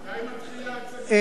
בבקשה, חבר הכנסת טיבי.